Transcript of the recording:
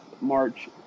March